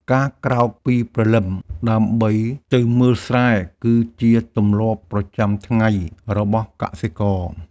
ការក្រោកពីព្រលឹមដើម្បីទៅមើលស្រែ គឺជាទម្លាប់ប្រចាំថ្ងៃរបស់កសិករ។